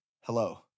hello